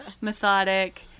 methodic